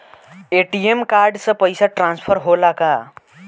ATM card से पैसा transfer होला का?